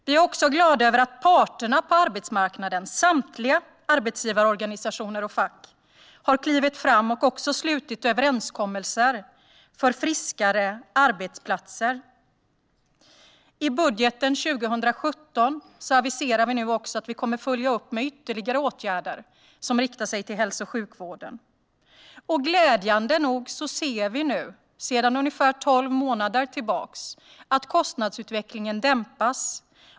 Vi är också glada att parterna på arbetsmarknaden - samtliga arbetsgivarorganisationer och fack - har klivit fram och slutit överenskommelser för friskare arbetsplatser. I budgeten för 2017 aviserar vi också att vi kommer att följa upp med ytterligare åtgärder som riktar sig till hälso och sjukvården. Glädjande nog ser vi sedan ungefär tolv månader tillbaka att kostnadsutvecklingen dämpas.